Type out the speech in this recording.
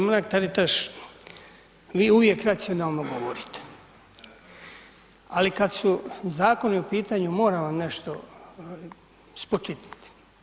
Mrak-Taritaš, vi uvijek racionalno govorite, ali kad su zakoni u pitanju moram vam nešto spočitati.